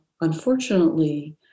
unfortunately